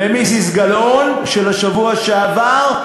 למיסיס גלאון של השבוע שעבר,